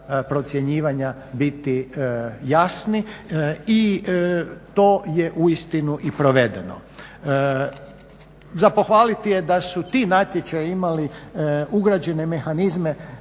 procjenjivanja biti jasni i to je uistinu i provedeno. Za pohvaliti je da su ti natječaji imali ugrađene mehanizme